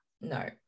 no